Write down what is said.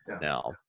now